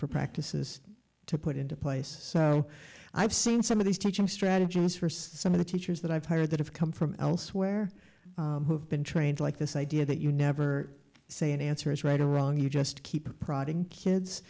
for practices to put into place so i've seen some of these teaching strategies for some of the teachers that i've hired that have come from elsewhere who've been trained like this idea that you never say an answer is right or wrong you just keep prodding kids